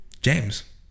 James